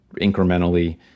incrementally